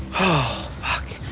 oh fuck,